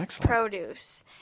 produce